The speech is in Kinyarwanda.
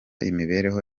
imibereho